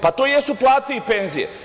Pa, to jesu plate i penzije.